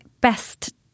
best